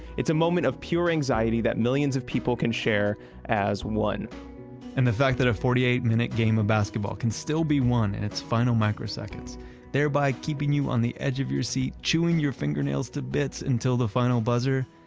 it's a moment of pure anxiety that millions of people can share as one and the fact that a forty eight minute game of basketball can still be won in its final microseconds thereby keeping you on the edge of your seat chewing your fingernails to bits until the final buzzer?